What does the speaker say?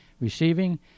receiving